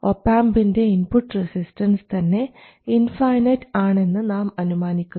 ഒപാംപിൻറെ input resistance തന്നെ infinite ആണെന്ന് നാം അനുമാനിക്കുന്നു